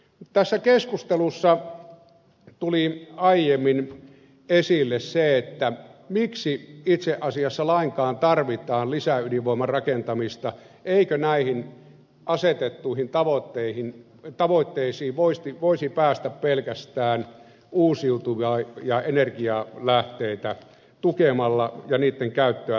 tässä keskustelussa tuli aiemmin esille miksi itse asiassa lainkaan tarvitaan lisäydinvoiman rakentamista eikö näihin asetettuihin tavoitteisiin voisi päästä pelkästään uusiutuvia energialähteitä tukemalla ja niitten käyttöä lisäämällä